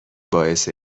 باعث